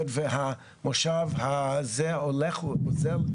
היות והמושב הזה הולך ואוזל,